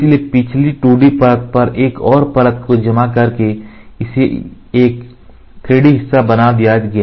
इसलिए पिछली 2D परत पर एक परत को जमा करके उसे एक 3D हिस्सा बना दिया गया